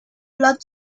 blood